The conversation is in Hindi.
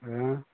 हाँ